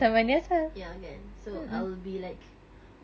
ya kan so I'll be like